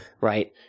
Right